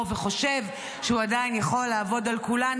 וחושב שהוא עדיין יכול לעבוד על כולנו,